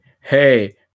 hey